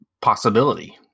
possibility